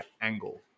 angle